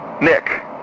Nick